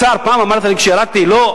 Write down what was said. השר, פעם אמרת לי כשירדתי, לא?